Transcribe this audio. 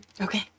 okay